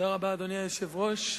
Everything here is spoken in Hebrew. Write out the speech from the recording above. אדוני היושב-ראש,